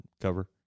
cover